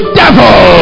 devil